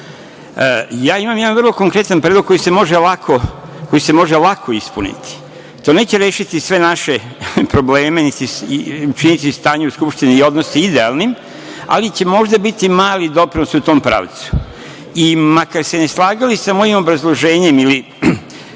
meseci. Imam jedno vrlo konkretan predlog koji se može lako ispuniti, to neće rešiti sve naše probleme, niti činiti stanje u skupštini i odnose idealnim, ali će možda biti mali doprinos u tom pravcu i makar se ne slagali sa mojim obrazloženjem ili